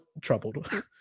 troubled